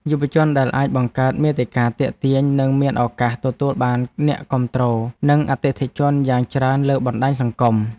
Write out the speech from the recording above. យុវជនដែលអាចបង្កើតមាតិកាទាក់ទាញនឹងមានឱកាសទទួលបានអ្នកគាំទ្រ និងអតិថិជនយ៉ាងច្រើនលើបណ្តាញសង្គម។